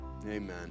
Amen